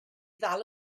ddal